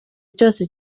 cyose